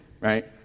right